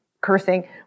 cursing